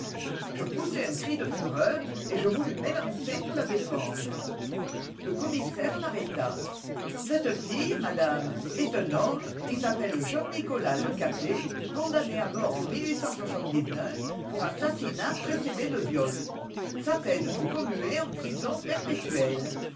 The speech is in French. je poussai un cri de fureur et je voulus m'élancer pour la défendre le commissaire m'arrêta cette fille madame est un homme qui s'appelle jean nicolas lecapet condamné à mort en pour assassinat précédé de viol sa peine fut commuée en prison perpétuelle